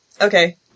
Okay